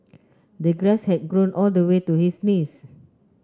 the grass had grown all the way to his knees